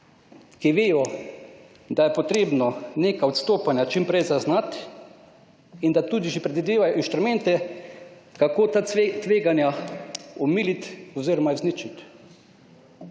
ki vejo, da je potrebno neka odstopanja čim prej zaznat in da tudi že predvidevajo inštrumente, kako ta tveganja omilit oziroma izničit.